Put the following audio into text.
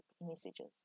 messages